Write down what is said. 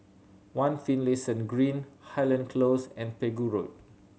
One Finlayson Green Highland Close and Pegu Road